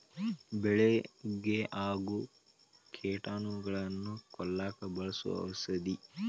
ಬೆಳಿಗೆ ಆಗು ಕೇಟಾನುಗಳನ್ನ ಕೊಲ್ಲಾಕ ಬಳಸು ಔಷದ